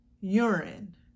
urine